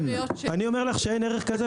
אני אומר לך שאין ערך כזה,